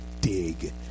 dig